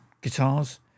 Guitars